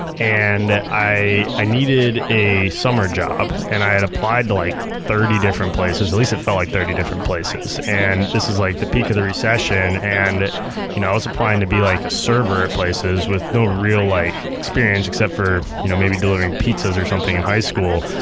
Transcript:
and i i needed a summer job, and i had applied to like thirty different places, at least it felt like thirty different places, and this is like the peak of the recession, and you know i was applying to be like a server at places with no real like experience except from you know maybe delivering pizzas or something in high school,